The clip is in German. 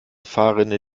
fahrrinne